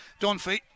Dunphy